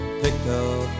pickup